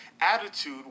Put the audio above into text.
attitude